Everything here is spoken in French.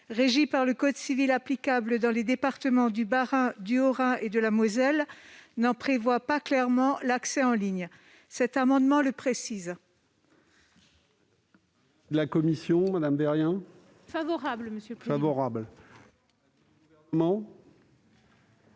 régies par le code civil applicable dans les départements du Bas-Rhin, du Haut-Rhin et de la Moselle, n'en prévoit pas clairement l'accès en ligne. Cet amendement le précise. Quel est l'avis de la commission ? Favorable. Quel est